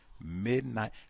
midnight